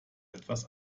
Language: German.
etwas